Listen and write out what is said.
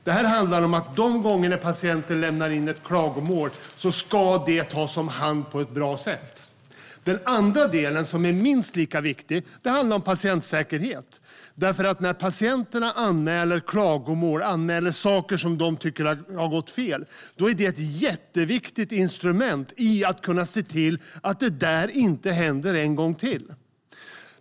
Detta handlar om att de gånger när patienten lämnar in ett klagomål ska det tas om hand på ett bra sätt. Den andra delen, som är minst lika viktig, handlar om patientsäkerhet. När patienterna anmäler klagomål och anmäler saker som de tycker har gått fel är det ett jätteviktigt instrument för att kunna se till att det inte händer en gång till.